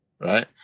Right